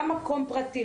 גם מקום פרטי,